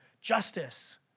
justice